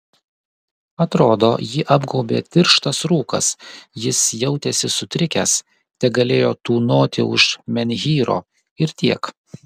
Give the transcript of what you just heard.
atrodo jį apgaubė tirštas rūkas jis jautėsi sutrikęs tegalėjo tūnoti už menhyro ir tiek